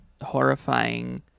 horrifying